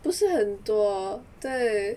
不是很多对